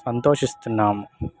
సంతోషిస్తున్నాము